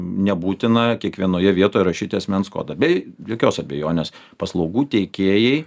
nebūtina kiekvienoje vietoje rašyti asmens kodą bei jokios abejonės paslaugų teikėjai